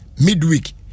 midweek